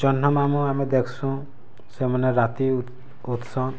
ଜହ୍ନ ମାମୁଁ ଆମେ ଦେଖ୍ସୁ ସେମାନେ ରାତି ଉଦ୍ସନ୍